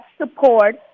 support